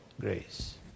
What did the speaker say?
grace